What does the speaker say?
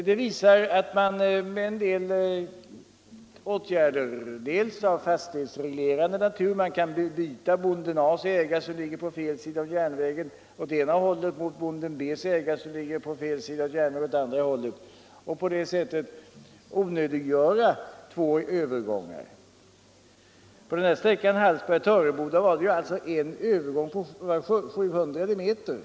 Detta visar att man kan rationalisera med en del åtgärder, delvis av fastighetsreglerande natur — man kan exempelvis byta bonden A:s äga, som ligger på fel sida om järnvägen åt ena hållet, mot bonden B:s äga, som ligger på fel sida om järnvägen åt andra hållet, och på det sättet onödiggöra två övergångar. På sträckan Hallsberg-Töreboda var det alltså en övergång på var 700:e meter.